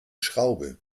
schraube